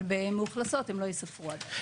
אבל במאוכלסות הן לא ייספרו עדיין.